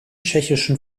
tschechischen